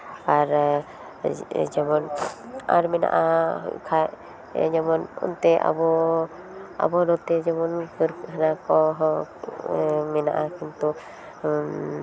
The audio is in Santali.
ᱟᱨ ᱡᱮᱢᱚᱱ ᱟᱨ ᱢᱮᱱᱟᱜᱼᱟ ᱠᱷᱟᱡ ᱱᱚᱜᱼᱚᱭ ᱚᱱᱛᱮ ᱡᱮᱢᱚᱱ ᱟᱵᱚ ᱟᱵᱚ ᱱᱚᱛᱮ ᱡᱮᱢᱚᱱ ᱯᱟᱹᱨᱠᱟᱹᱣ ᱦᱮᱣᱟ ᱠᱚᱦᱚᱸ ᱢᱮᱱᱟᱜᱼᱟ ᱠᱤᱱᱛᱩ